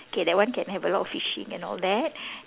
okay that one can have a lot of fishing and all that